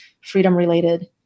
freedom-related